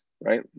right